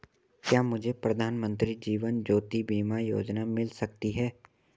क्या मुझे प्रधानमंत्री जीवन ज्योति बीमा योजना मिल सकती है?